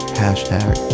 hashtag